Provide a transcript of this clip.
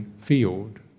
field